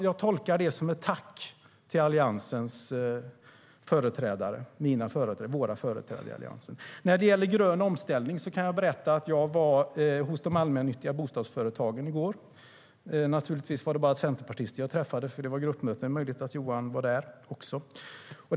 Jag tolkar det som ett tack till våra föregångare i Alliansen.När det gäller grön omställning kan jag berätta att jag var hos de allmännyttiga bostadsföretagen i går. Naturligtvis var det bara centerpartister jag träffade eftersom det var gruppmöte, men det är möjligt att Johan också var där.